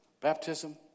baptism